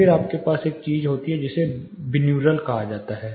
फिर आपके पास एक चीज होती है जिसे बिन्यूरल कहा जाता है